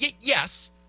yes